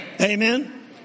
Amen